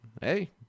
Hey